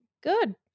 Good